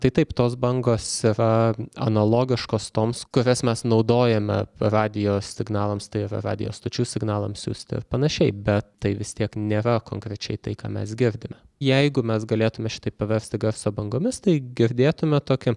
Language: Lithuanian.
tai taip tos bangos yra analogiškos toms kurias mes naudojame radijo signalams tai yra radijo stočių signalams siųsti ir panašiai bet tai vis tiek nėra konkrečiai tai ką mes girdime jeigu mes galėtume šitai paversti garso bangomis tai girdėtume tokį